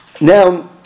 Now